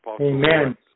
Amen